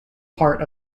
part